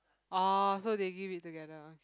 orh so they give it together ah